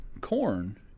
corn